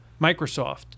Microsoft